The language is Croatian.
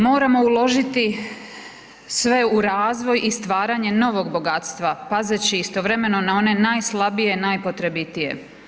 Moramo uložiti sve u razvoj i stvaranje novog bogatstva pazeći istovremeno na one najslabije, najpotrebitije.